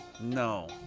No